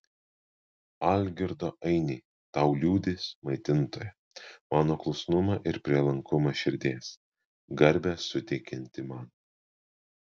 algirdo ainiai tau liudys maitintoja mano klusnumą ir prielankumą širdies garbę suteikiantį man